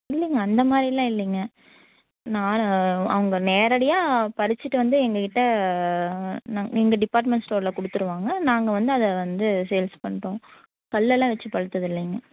இல்லைங்க அந்த மாதிரிலாம் இல்லைங்க நான் அவங்க நேரடியாக பறிச்சுட்டு வந்து எங்கள்க் கிட்டே நாங்க எங்கள் டிப்பார்ட்மெண்ட் ஸ்டோரில் கொடுத்துருவாங்க நாங்கள் வந்து அதை வந்து சேல்ஸ் பண்ணுறோம் கல் எல்லாம் வெச்சு பழுத்ததில்லைங்க